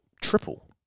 triple